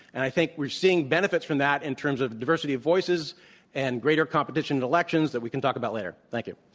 and i think we're seeing benefits from that in terms of diversity of voices and greater competition in elections that we can talk about later. thank like you.